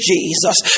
Jesus